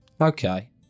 Okay